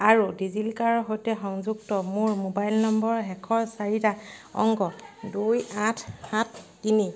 আৰু ডিজিলকাৰৰ সৈতে সংযুক্ত মোৰ মোবাইল নম্বৰৰ শেষৰ চাৰিটা অংক দুই আঠ সাত তিনি